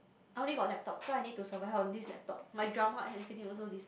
I only got laptop so I need to survive on this laptop my drama and everything also this